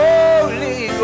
Holy